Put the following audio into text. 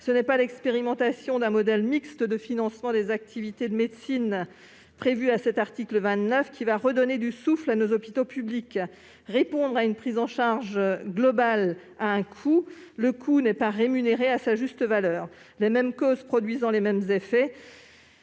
Ce n'est pas l'expérimentation du modèle mixte de financement des activités de médecine prévu à l'article 29 qui va redonner du souffle à nos hôpitaux publics. Répondre à une prise en charge globale a un coût. Celui-ci n'est pas rémunéré à sa juste valeur. Les mêmes causes produisant les mêmes effets,